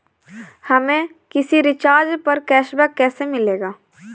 हमें किसी रिचार्ज पर कैशबैक कैसे मिलेगा?